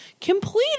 completed